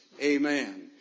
amen